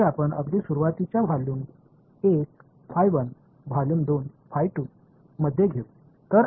எனவே இப்போது இந்த கொள்ளளவு 1 மற்றும் கொள்ளளவு 2 ஒன்றாக இணைத்து என்ன நடக்கிறது என்று பார்ப்போம்